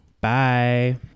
bye